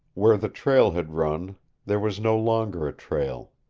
where the trail had run there was no longer a trail.